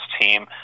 team